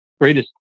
greatest